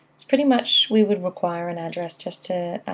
pretty much, we would require an address just to,